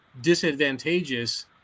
disadvantageous